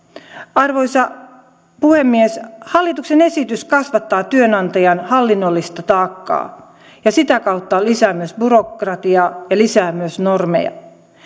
arvoisa puhemies hallituksen esitys kasvattaa työnantajan hallinnollista taakkaa ja sitä kautta lisää myös byrokratiaa ja lisää myös normeja